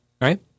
right